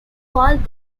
called